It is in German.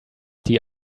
die